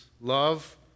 Love